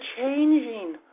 changing